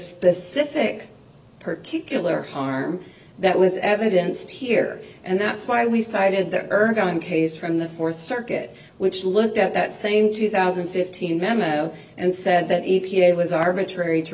specific particular harm that was evidence here and that's why we cited the irgun case from the fourth circuit which looked at that same two thousand and fifteen memo and said that e t a was arbitrary to